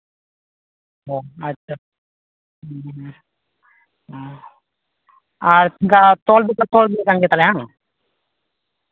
ᱚᱸᱻ ᱟᱪᱪᱷᱟ ᱦᱮᱸ ᱦᱮᱸ ᱚᱸᱻ ᱟᱨ ᱚᱱᱠᱟ ᱛᱚᱞ ᱦᱚᱪᱚ ᱩᱱᱟᱹᱜ ᱜᱟᱱ ᱜᱮ ᱛᱟᱦᱚᱞᱮ ᱦᱟᱝ